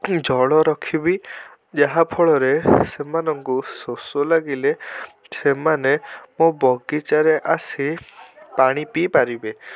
ଜଳ ରଖିବି ଯାହାଫଳରେ ସେମାନଙ୍କୁ ଶୋଷ ଲାଗିଲେ ସେମାନେ ମୋ ବଗିଚାରେ ଆସି ପାଣି ପିଇପାରିବେ